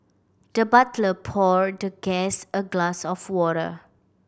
the butler poured the guest a glass of water